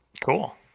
Cool